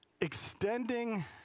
Extending